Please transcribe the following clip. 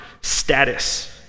status